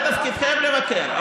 זה תפקידכם לבקר,